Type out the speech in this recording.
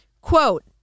quote